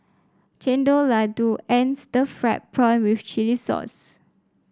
Chendol laddu and Stir Fried Prawn with Chili Sauce